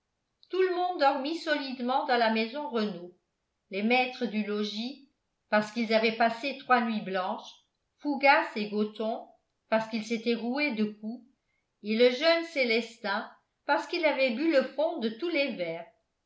tout le monde dormit solidement dans la maison renault les maîtres du logis parce qu'ils avaient passé trois nuits blanches fougas et gothon parce qu'ils s'étaient roués de coups et le jeune célestin parce qu'il avait bu le fond de tous les verres